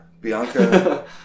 Bianca